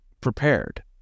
prepared